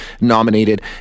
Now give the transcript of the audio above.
nominated